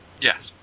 yes